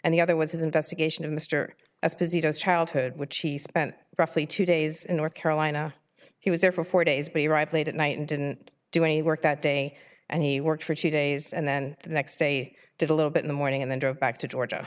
and the other was his investigation of mr as busy as childhood which he spent roughly two days in north carolina he was there for four days be ripe late at night and didn't do any work that day and he worked for two days and then the next day did a little bit in the morning and then drove back to georgia